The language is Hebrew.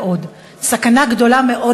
סכנה גדולה מאוד,